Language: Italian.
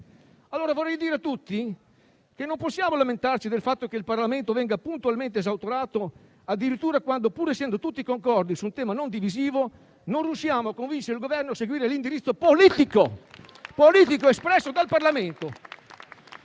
2023. Vorrei dire a tutti i colleghi che non possiamo lamentarci del fatto che il Parlamento venga puntualmente esautorato, quando addirittura, pur essendo tutti concordi su un tema non divisivo, non riusciamo a convincere il Governo a seguire l'indirizzo politico espresso dal Parlamento.